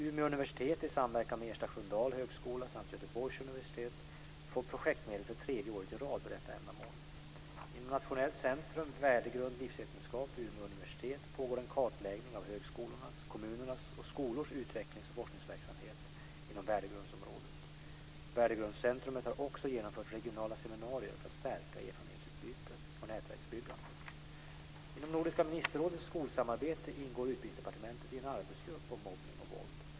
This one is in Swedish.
Umeå universitet i samverkan med Ersta Sköndal högskola samt Göteborgs universitet får projektmedel för tredje året i rad för detta ändamål. Inom Nationellt centrum Värdegrund-Livsvetenskap vid Umeå universitet pågår en kartläggning av högskolornas, kommunernas och skolors utvecklings och forskningsverksamhet inom värdegrundsområdet. Värdegrundscentrumet har också genomfört regionala seminarier för att stärka erfarenhetsutbyte och nätverksbyggande. Utbildningsdepartementet i en arbetsgrupp om mobbning och våld.